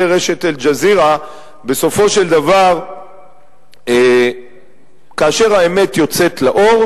רשת "אל-ג'זירה" בסופו של דבר כאשר האמת יוצאת לאור,